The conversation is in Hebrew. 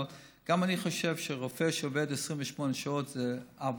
אבל גם אני חושב שרופא שעובד 28 שעות זה עוול,